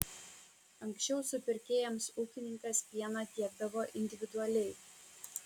anksčiau supirkėjams ūkininkas pieną tiekdavo individualiai